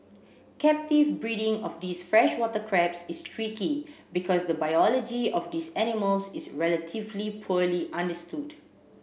captive breeding of these freshwater crabs is tricky because the biology of these animals is relatively poorly understood